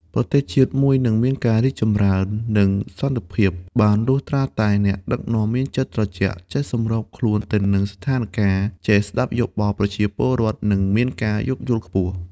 ប្រទេសជាតិមួយនឹងមានការរីកចម្រើន និងសន្តិភាពបានលុះត្រាតែអ្នកដឹកនាំមានចិត្តត្រជាក់ ចេះសម្របខ្លួនទៅតាមស្ថានការណ៍ ចេះស្ដាប់យោបល់ប្រជាពលរដ្ឋ និងមានការយោគយល់ខ្ពស់។